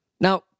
Now